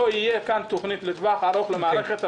תהיה תוכנית לטווח ארוך למערכת הבריאות,